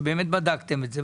שבאמת בדקתם את זה,